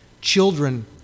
children